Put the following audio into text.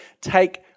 take